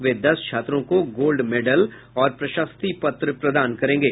वे दस छात्रों को गोल्ड मेडल और प्रशस्ति पत्र प्रदान करेंगे